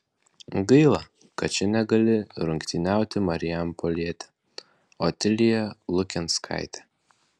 gaila kad čia negali rungtyniauti marijampolietė otilija lukenskaitė